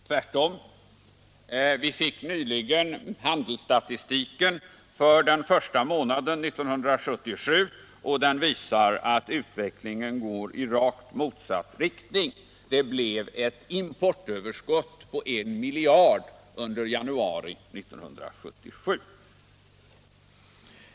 Tvärtom, vi fick nyligen handelsstatistiken för januari 1977, och den visar att utvecklingen går i rakt motsatt riktning. Det blev ett importöverskott på 1 miljard kronor under januari 1977.